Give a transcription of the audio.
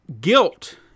guilt